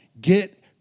get